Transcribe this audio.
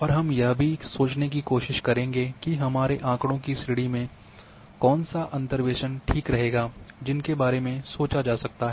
और हम यह भी सोचने की कोशिश करेंगे कि हमारे आँकड़ों की श्रेणी में कौन सा अंतर्वेसन ठीक रहेगा जिनके बारे में सोचा जा सकता है